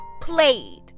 played